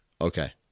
Okay